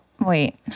Wait